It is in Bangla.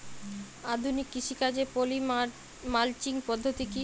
আধুনিক কৃষিকাজে পলি মালচিং পদ্ধতি কি?